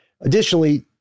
Additionally